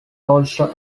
also